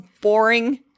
boring